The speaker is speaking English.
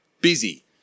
busy